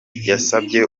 yasabye